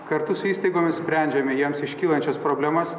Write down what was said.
kartu su įstaigomis sprendžiame jiems iškylančias problemas